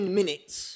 minutes